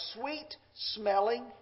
sweet-smelling